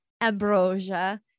ambrosia